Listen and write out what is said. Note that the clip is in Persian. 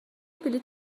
بلیط